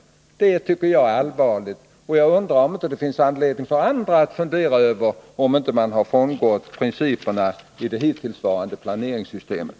Sådant handlande tycker jag är allvarligt, och jag undrar om det inte finns anledning också för andra att fundera över om man inte då har frångått principerna i det hittillsvarande planeringssystemet.